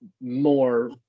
more